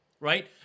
right